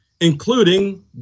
including